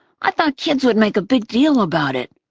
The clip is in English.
i thought kids would make a big deal about it.